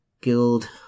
guild